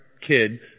kid